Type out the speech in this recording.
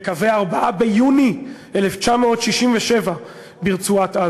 נסוגונו לקווי 4 ביוני 1967 ברצועת-עזה,